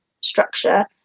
structure